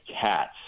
cats